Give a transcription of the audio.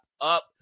up